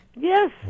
Yes